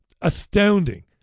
astounding